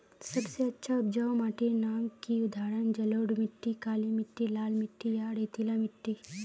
सबसे अच्छा उपजाऊ माटिर नाम की उदाहरण जलोढ़ मिट्टी, काली मिटटी, लाल मिटटी या रेतीला मिट्टी?